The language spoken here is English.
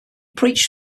preached